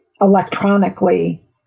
electronically